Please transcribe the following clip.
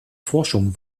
forschung